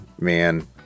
man